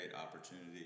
opportunity